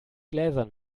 gläsern